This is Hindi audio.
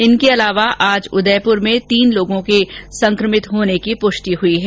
इनके अलावा आज उदयपुर में तीन लोगों के संक्रमित होने की पुष्टि हुई है